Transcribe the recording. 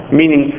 meaning